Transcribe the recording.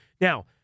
Now